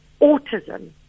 autism